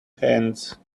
hands